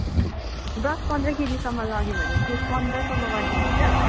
दस पन्ध्र केजीसम्म लग्यो भने चाहिँ पन्ध्रसम्म गरिदिनुहुन्छ